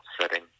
setting